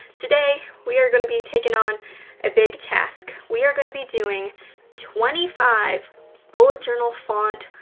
today, we are gonna be taking on a big task. we are gonna be doing twenty five bullet journal font,